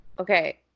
Okay